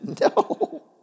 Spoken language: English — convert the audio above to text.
No